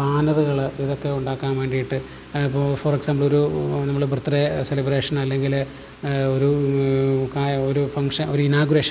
ബാനറുകൾ ഇതൊക്കെ ഉണ്ടാക്കാൻ വേണ്ടിയിട്ട് ഫോർ എക്സാംബിൾ ഒരു നമ്മൾ ബർത്ത് ഡേ സെലിബ്രേഷൻ അല്ലെങ്കിൽ ഒരു ഒരു ഫംഗ്ഷൻ ഒരു ഇനാഗുറേഷൻ